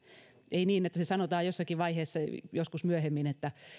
ei niin että sanotaan jossakin vaiheessa joskus myöhemmin että